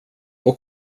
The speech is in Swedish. och